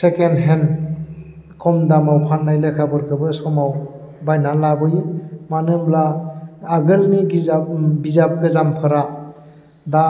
second hand खम दामाव फाननाय लेखाफोरखोबो समाव बायनानै लाबोयो मानो होनब्ला आगोलनि बिजाब गोजामफोरा दा